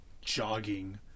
jogging